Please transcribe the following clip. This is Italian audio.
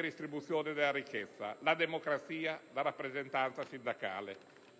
redistribuzione della ricchezza, la democrazia e la rappresentanza sindacale.